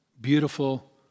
beautiful